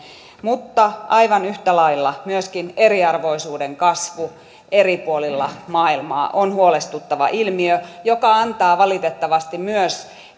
mutta aivan yhtä lailla myöskin eriarvoisuuden kasvu eri puolilla maailmaa on huolestuttava ilmiö joka antaa valitettavasti myös